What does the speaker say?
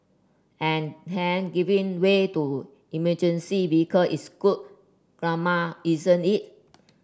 and hey giving way to emergency vehicle is good karma isn't it